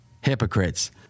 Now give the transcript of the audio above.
Hypocrites